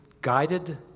guided